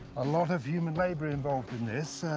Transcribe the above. a lot of human labor involved in this.